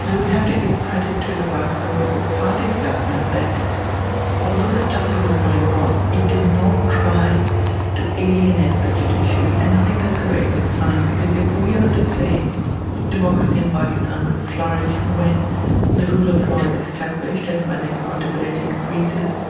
and we have to give credit to the pakistan people's party's government that although the tussle was going on it did not try to alienate the judiciary, and i think that's a very good sign, because if we are to say democracy in pakistan would flourish when the rule of law is established and when accountability increases,